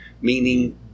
Meaning